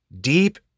deep